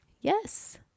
yes